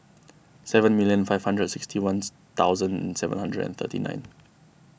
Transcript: seven million five hundred sixty ones thousand and seven hundred and thirty nine